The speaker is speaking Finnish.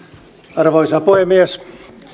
arvoisa puhemies